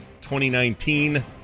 2019